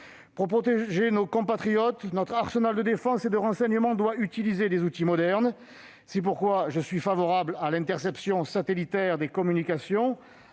Pour protéger nos compatriotes, notre arsenal de défense et de renseignement doit utiliser des outils modernes. C'est pourquoi je suis favorable à l'interception satellitaire des communications,